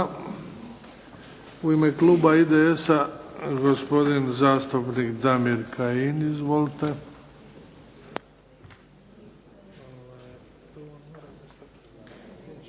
U ime kluba IDS-a gospodin zastupnik Damir Kajin. Izvolite.